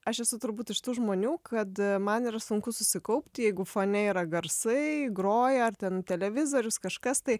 aš esu turbūt iš tų žmonių kad man yra sunku susikaupti jeigu fone yra garsai groja ar ten televizorius kažkas tai